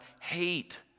hate